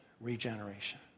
regeneration